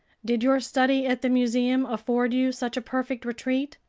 did your study at the museum afford you such a perfect retreat?